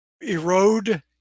erode